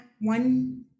one